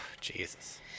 Jesus